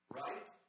right